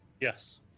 Yes